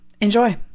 enjoy